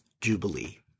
Jubilee